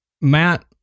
Matt